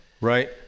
right